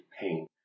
pain